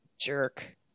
jerk